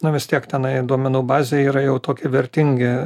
na vis tiek tenai duomenų bazėj yra jau tokie vertingi